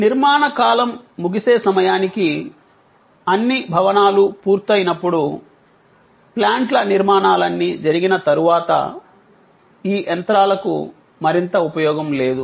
నిర్మాణ కాలం ముగిసే సమయానికి అన్ని భవనాలు పూర్తయినప్పుడు ప్లాంట్ల నిర్మాణాలన్నీ జరిగిన తరువాత ఈ యంత్రాలకు మరింత ఉపయోగం లేదు